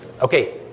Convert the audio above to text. Okay